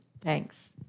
Thanks